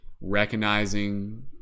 recognizing